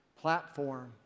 platform